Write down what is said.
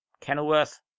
Kenilworth